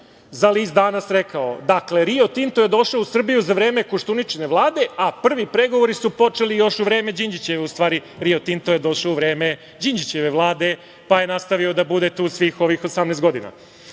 za list „Danas“ rekao: „Rio Tinto je došao u Srbiju za vreme Koštuničine vlade, a prvi pregovori su počeli još u vreme Đinđićeve…“ u stvari, Rio Tinto je došao u vreme Đinđićeve vlade pa je nastavio da bude tu svih ovih 18 godina. Kaže